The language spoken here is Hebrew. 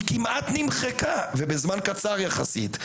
היא כמעט נמחקה, ובזמן קצר יחסית.